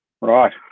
Right